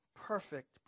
Perfect